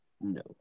no